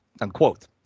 unquote